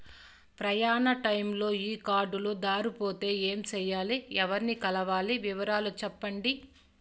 ప్రయాణ టైములో ఈ కార్డులు దారబోతే ఏమి సెయ్యాలి? ఎవర్ని కలవాలి? వివరాలు సెప్పండి?